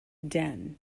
den